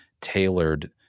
tailored